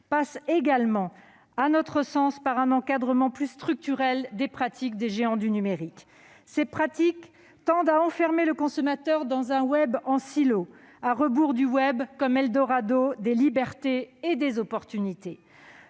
passe également, à notre sens, par un encadrement plus structurel des pratiques des géants du numérique. Ces pratiques tendent à enfermer le consommateur dans un web en silo, à rebours du web eldorado des libertés et des opportunités.